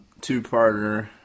two-parter